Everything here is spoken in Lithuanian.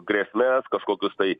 grėsmes kažkokius tai